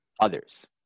others